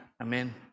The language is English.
Amen